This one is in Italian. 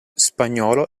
spagnolo